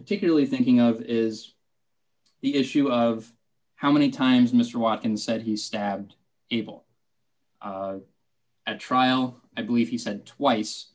particularly thinking of is the issue of how many times mr watkins said he stabbed evil at trial i believe he said twice